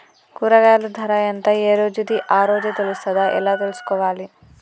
కూరగాయలు ధర ఎంత ఏ రోజుది ఆ రోజే తెలుస్తదా ఎలా తెలుసుకోవాలి?